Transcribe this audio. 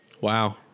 Wow